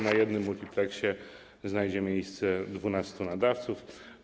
Na jednym multipleksie znajdzie miejsce 12 nadawców.